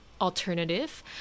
alternative